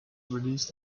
released